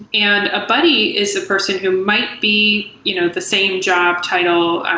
yeah and a buddy is a person who might be you know the same job title.